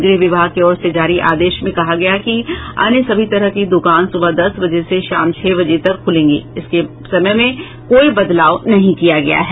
गृह विभाग की ओर से जारी आदेश में कहा गया है कि अन्य सभी तरह की दुकान सुबह दस बजे से शाम छह बजे तक खुलेंगी इसके समय में कोई बदलाव नहीं किया गया है